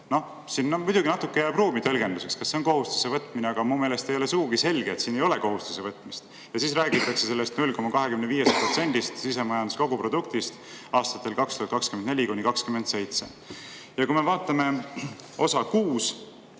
Siin jääb muidugi natuke ruumi tõlgenduseks, kas see on kohustuse võtmine, aga minu meelest ei ole sugugi selge, et siin ei ole kohustuse võtmist. Ja siis räägitakse 0,25%‑st sisemajanduse koguproduktist aastatel 2024–2027. Vaatame osa 6,